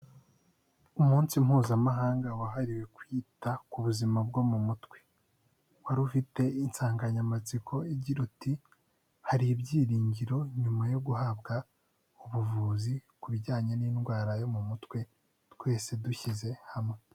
Umunsi mpuzamahanga wahariwe kwita ku buzima bwo mu mutwe. Wari ufite insanganyamatsiko igira uti “Hari ibyiringiro nyuma yo guhabwa ubuvuzi ku bijyanye n'indwara yo mu mutwe twese dushyize hamwe”.